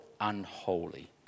Unholy